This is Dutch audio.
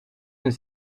een